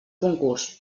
concurs